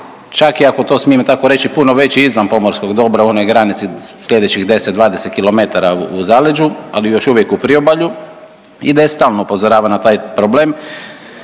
Čak i ako to smijem tako reći puno veći izvan pomorskog dobra u onoj granici sljedećih 10, 20 km u zaleđu, ali još uvijek u priobalju i da stalno upozorava na taj problem